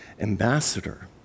ambassador